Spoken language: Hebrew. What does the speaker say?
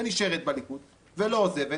ונשארת בליכוד ולא עוזבת,